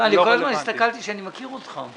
כל הזמן ראיתי שאני מכיר אותך .